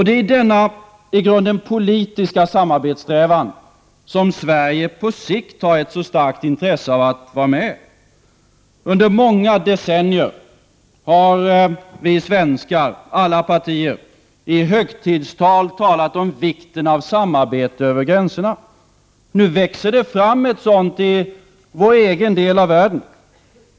Det är i denna i grunden politiska samarbetssträvan som Sverige på sikt har ett så starkt intresse av att vara med. Under många decennier har vi svenskar, alla partier, i högtidstal talat om vikten av samarbete över gränserna. Nu växer det fram ett sådant i vår egen del av världen.